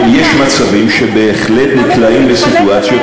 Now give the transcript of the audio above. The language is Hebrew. יש מצבים שבהחלט נקלעים לסיטואציות,